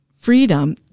freedom